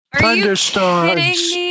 thunderstorms